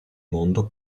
mondo